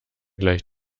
gleich